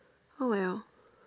oh well